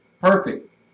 perfect